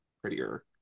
prettier